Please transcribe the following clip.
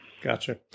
Gotcha